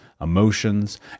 emotions